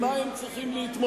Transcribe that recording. עם מה הם צריכים להתמודד.